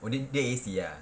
oh dia dia A_C ya